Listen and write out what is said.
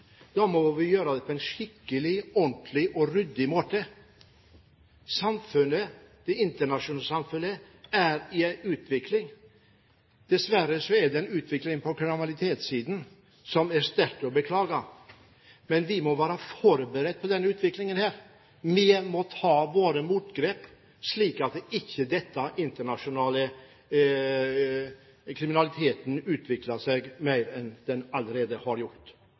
Da må vi gjøre det på en skikkelig, ordentlig og ryddig måte. Det internasjonale samfunnet er i utvikling. Dessverre er det en utvikling på kriminalitetssiden som er sterkt beklagelig. Men vi må være forberedt på denne utviklingen. Vi må ta våre motgrep, slik at ikke denne internasjonale kriminaliteten utvikler seg mer enn den allerede har gjort.